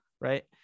right